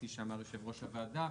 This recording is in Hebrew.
כפי שאמר יו"ר הוועדה,